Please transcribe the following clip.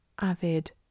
avid